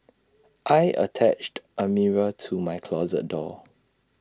I attached A mirror to my closet door